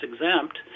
exempt